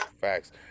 Facts